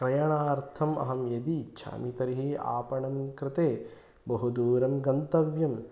क्रयणार्थम् अहं यदि इच्छामि तर्हि आपणं कृते बहु दूरं गन्तव्यम्